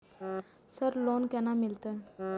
Sir loan केना मिलते?